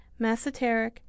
masseteric